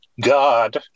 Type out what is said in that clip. God